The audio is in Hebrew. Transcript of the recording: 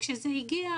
כשזה הגיע